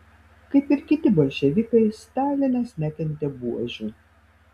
kaip ir kiti bolševikai stalinas nekentė buožių